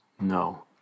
no